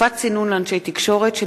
תקופת צינון לאנשי תקשורת),